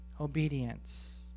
obedience